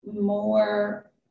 more